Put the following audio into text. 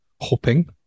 Hoping